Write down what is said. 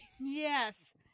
Yes